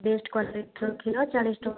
best କ୍ୱାଲିଟିର କ୍ଷୀର ଚାଳିଶ ଟଙ୍କା